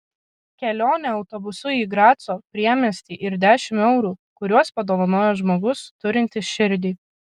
kelionė autobusu į graco priemiestį ir dešimt eurų kuriuos padovanojo žmogus turintis širdį